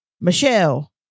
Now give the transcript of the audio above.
Michelle